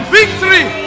victory